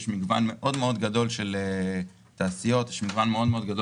יש מגוון מאוד מאוד גדול של תעשיות ושל מכונות.